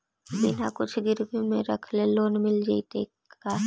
बिना कुछ गिरवी मे रखले लोन मिल जैतै का?